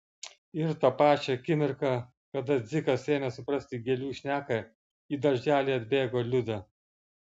ir tą pačią akimirką kada dzikas ėmė suprasti gėlių šneką į darželį atbėgo liuda